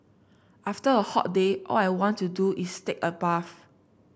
after a hot day all I want to do is take a bath